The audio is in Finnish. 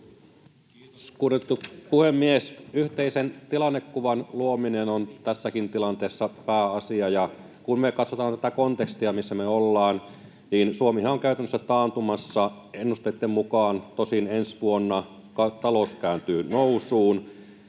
Kiitos, kunnioitettu puhemies! Yhteisen tilannekuvan luominen on tässäkin tilanteessa pääasia, ja kun me katsotaan tätä kontekstia, missä me ollaan, niin Suomihan on käytännössä taantumassa. Ennusteitten mukaan tosin ensi vuonna talous kääntyy nousuun.